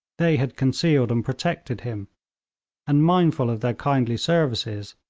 they had concealed and protected him and mindful of their kindly services,